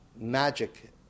magic